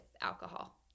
alcohol